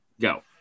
Go